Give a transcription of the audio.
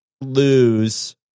lose